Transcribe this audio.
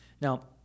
Now